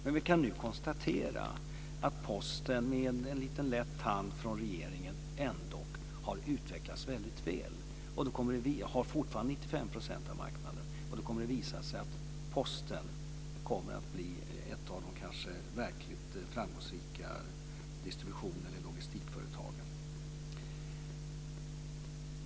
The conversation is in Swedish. Men vi kan nu konstatera att Posten med lite hjälp från regeringen ändå har utvecklats väldigt väl och fortfarande har 95 % av marknaden. Det kommer att visa sig att Posten blir ett av de verkligt framgångsrika distributions eller logistikföretagen.